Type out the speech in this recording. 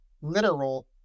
literal